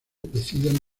deciden